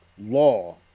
law